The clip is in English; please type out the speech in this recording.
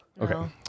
Okay